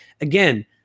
again